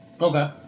okay